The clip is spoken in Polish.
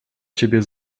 ciebie